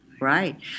Right